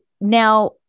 now